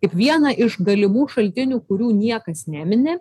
kaip vieną iš galimų šaltinių kurių niekas nemini